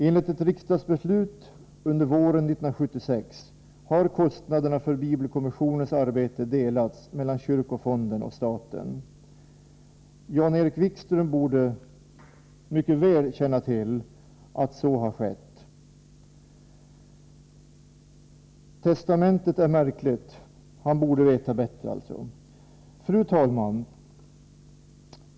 Enligt ett riksdagsbeslut våren 1976 delas kostnaderna för bibelkommissionens arbete mellan kyrkofonden och staten. Jan-Erik Wikström borde veta att så har skett. Fru talman!